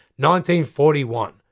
1941